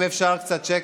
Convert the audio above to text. אם אפשר קצת שקט,